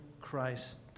Christ